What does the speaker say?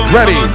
Ready